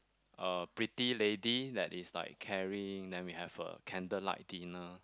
a pretty lady that is like caring let me have a candlelight dinner